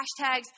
hashtags